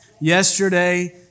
yesterday